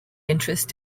interest